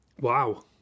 Wow